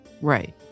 Right